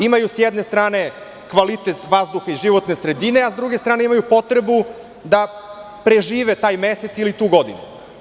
Imaju s jedne strane kvalitet vazduha i životne sredine, a s druge strane imaju potrebu da prežive taj mesec ili tu godinu.